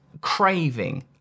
craving